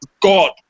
God